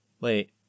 wait